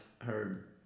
heard